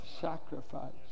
sacrifice